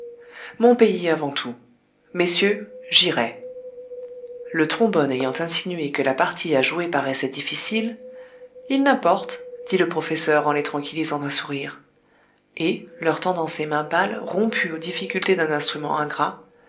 mon pays avant tout messieurs j'irai le trombone ayant insinué que la partie à jouer paraissait difficile il n'importe dit le professeur en les tranquillisant d'un sourire et leur tendant ses mains pâles rompues aux difficultés d'un instrument ingrat